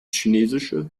chinesische